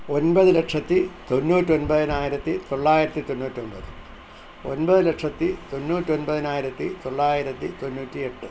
ഒൻപത് ലക്ഷത്തി തൊണ്ണൂറ്റൊൻപതിനായിരത്തി തൊള്ളായിരത്തി തൊണ്ണൂറ്റൊൻപത് ഒൻപത് ലക്ഷത്തി തൊണ്ണൂറ്റൊൻപതിനായിരത്തി തൊള്ളായിരത്തി തൊണ്ണൂറ്റി എട്ട്